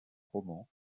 roman